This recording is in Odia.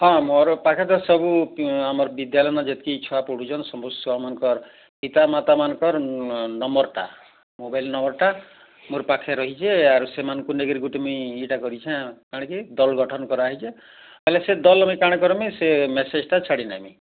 ହଁ ମୋର ପାଖରେ ତ ସବୁ ଆମର ବିଦ୍ୟାଲୟନ ଯେତିକି ଛୁଆ ପଢ଼ୁଛନ୍ ସବୁ ଛୁଆମାନଙ୍କର ପିତାମାତା ମାନଙ୍କର ନମ୍ବର୍ଟା ମୋବାଇଲ୍ ନମ୍ବର୍ଟା ମୋର ପାଖେ ରହିଛି ଆର ସେମାନଙ୍କୁ ନେଇକି ଗୋଟେ ମୁଇଁ ଏଟା କରିଛି କାଣା କି ଦଲ ଗଠନ କରା ହେଇଚେ ହେଲେ ସେ ଦଲ୍ ମି କାଣା କରିମି ସେ ମେସେଜ୍ଟା ଛାଡ଼ିନେମି